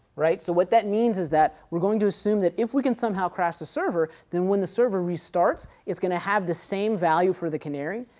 right, so what that means is that, we're going to assume that if we can somehow crash the server, then when the server restarts, it's going to have the same value for the canary.